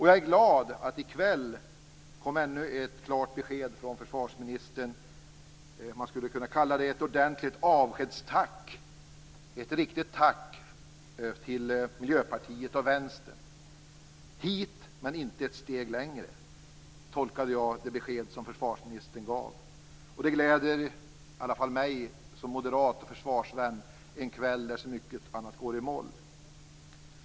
Jag är glad att i kväll få ännu ett klart besked från försvarsministern. Man skulle kunna kalla det ett ordentligt avskedstack. Det är ett riktigt tack till Miljöpartiet och Vänstern: Hit, men inte ett steg längre, tolkade jag det besked som försvarsministern gav. Det gläder i alla fall mig som moderat och försvarsvän en kväll när så mycket går i moll.